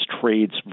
trades